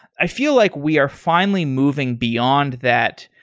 i feel like we are finally moving beyond that,